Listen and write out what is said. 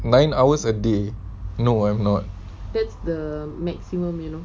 nine hours a day no I'm not